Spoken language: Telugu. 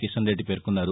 కిషన్రెడ్డి పేర్కొన్నారు